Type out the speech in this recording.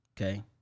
okay